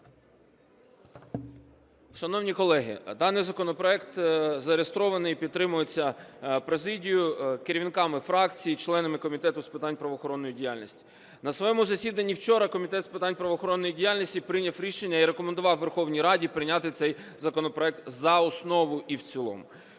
Шановні колеги, даний законопроект зареєстрований і підтримується президією, керівниками фракцій і членами Комітету з питань правоохоронної діяльності. На своєму засіданні вчора Комітет з питань правоохоронної діяльності прийняв рішення і рекомендував Верховній Раді прийняти цей законопроект за основу і в цілому.